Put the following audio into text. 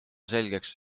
selgeks